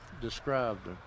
described